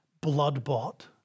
blood-bought